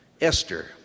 Esther